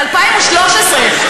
מ-2013,